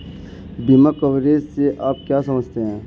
बीमा कवरेज से आप क्या समझते हैं?